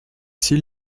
s’il